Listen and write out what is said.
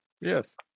Yes